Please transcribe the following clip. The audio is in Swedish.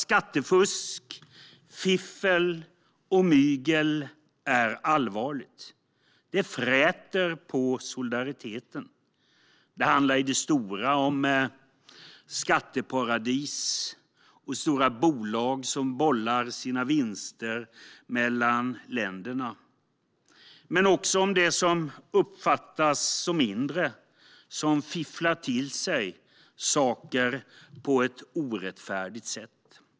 Skattefusk, fiffel och mygel är allvarligt. Det fräter på solidariteten. Det handlar i det stora om skatteparadis och stora bolag som bollar sina vinster mellan länderna. Men det handlar också om det som uppfattas som mindre, om människor som fifflar till sig saker på ett orättfärdigt sätt.